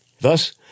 Thus